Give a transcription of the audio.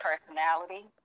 personality